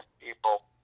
people